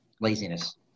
laziness